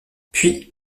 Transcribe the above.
puis